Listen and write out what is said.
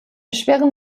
schweren